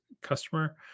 customer